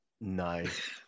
Nice